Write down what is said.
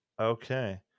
Okay